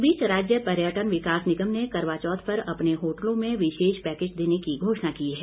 इस बीच राज्य पर्यटन विकास निगम ने करवाचौथ पर अपने होटलों में विशेष पैकेज देने की घोषणा की है